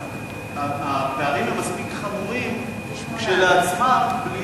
הפערים הם מספיק חמורים כשלעצמם בלי